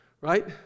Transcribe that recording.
right